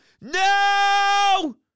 No